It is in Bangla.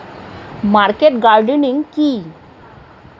মার্কেট গার্ডেনিং কি?